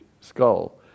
skull